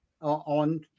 on